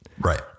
Right